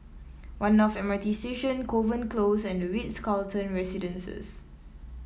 One North M R T Station Kovan Close and the Ritz Carlton Residences